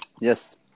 Yes